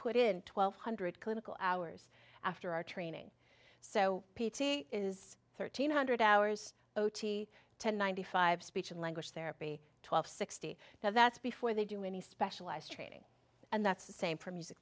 put in twelve hundred clinical hours after our training so p t is thirteen hundred hours o t ten ninety five speech and language therapy twelve sixty now that's before they do any specialized training and that's the same for music